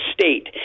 state